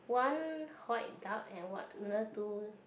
one white duck and what another two